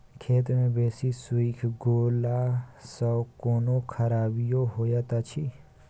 खेत मे बेसी सुइख गेला सॅ कोनो खराबीयो होयत अछि?